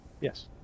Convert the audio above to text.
yes